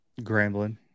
Grambling